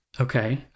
Okay